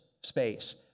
space